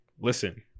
Listen